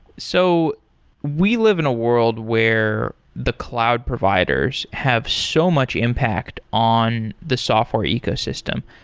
so we live in a world where the cloud providers have so much impact on the software ecosystem.